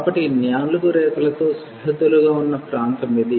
కాబట్టి ఈ నాలుగు రేఖ లతో సరిహద్దులుగా ఉన్న ప్రాంతం ఇది